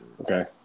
Okay